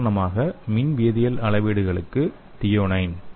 உதாரணமாக மின்வேதியியல் அளவீடுகளுக்கு தியோனைன்